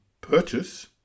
purchase